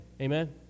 amen